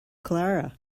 clara